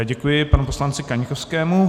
Děkuji panu poslanci Kaňkovskému.